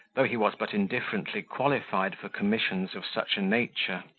though he was but indifferently qualified for commissions of such a nature.